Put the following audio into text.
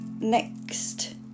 next